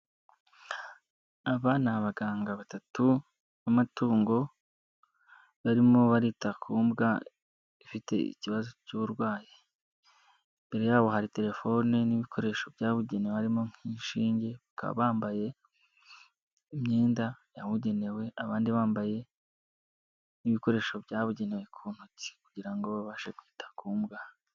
Aba ni abaganga batatu b'amatungo, barimo barita ku mbwa ifite ikibazo cy'uburwayi. Imbere yabo hari telefoni n'ibikoresho byabugenewe harimo nk'inshinge, bambaye imyenda yabugenewe, abandi bambaye nk'ibikoresho byabugenewe ku ntoki, kugira ngo babashe kwita ku mbwa.